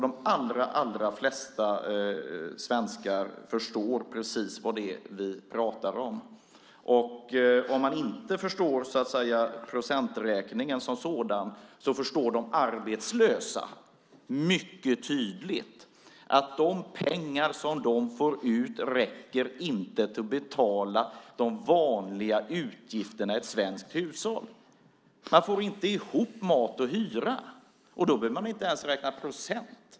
De allra flesta svenskar förstår precis vad det är vi pratar om. Om man inte förstår procenträkningen som sådan förstår de arbetslösa mycket bra att de pengar som de får ut inte räcker till att betala de vanliga utgifterna i ett svenskt hushåll. Man får inte ihop till mat och hyra. Då behöver man inte räkna procent.